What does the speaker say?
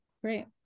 Great